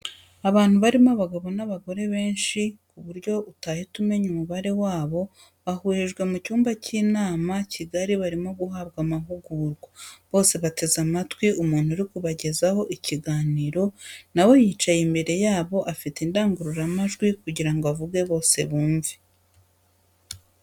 Abantu barimo abagabo n'abagore bensi ku buryo utahita umenya umubare wabo, bahurijwe mu cyumba cy'inama kigari barimo guhabwa amahugurwa, bose bateze amatwi umuntu uri kubagezaho ikiganiro na we yicaye imbere yabo afite indangururamajwi kugira ngo avuge bose bumve.